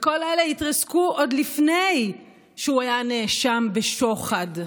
כל אלה התרסקו עוד לפני שהוא היה נאשם בשוחד,